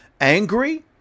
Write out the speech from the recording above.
angry